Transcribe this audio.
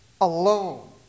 alone